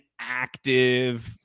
active